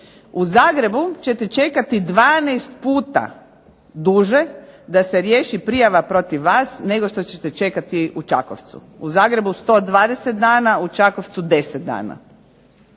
U Zagrebu ćete čekati 12 puta duže da se riješi prijava protiv vas nego što ćete čekati u Čakovcu. U Zagrebu 120 dana, u Čakovcu 10 dana.